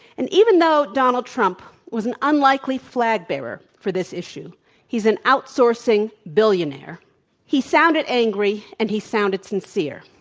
and even though donald trump was an unlikely flag-bearer for this issue he's an outsourcing billionaire he sounded angry and he sounded sincere.